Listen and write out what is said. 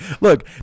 look